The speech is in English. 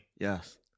Yes